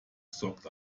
sorgt